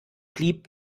blieb